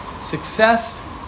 success